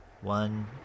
one